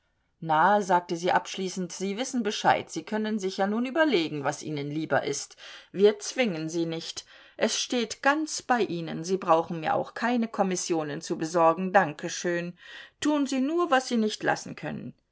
na sagte sie abschließend sie wissen bescheid sie können sich ja nun überlegen was ihnen lieber ist wir zwingen sie nicht es steht ganz bei ihnen sie brauchen mir auch keine kommissionen zu besorgen danke schön tun sie nur was sie nicht lassen können